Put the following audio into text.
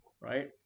right